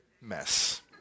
mess